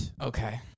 Okay